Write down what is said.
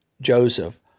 Joseph